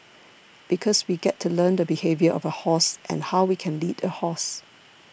because we get to learn the behaviour of a horse and how we can lead a horse